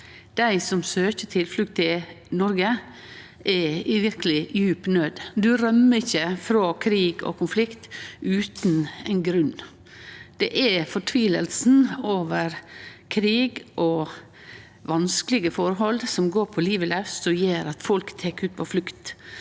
dei som søkjer tilflukt i Noreg, er i verkeleg djup naud. Ein rømmer ikkje frå krig og konflikt utan ein grunn. Det er fortvilinga over krig og vanskelege forhold som går på livet laus, som gjer at folk legg ut på flukt.